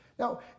Now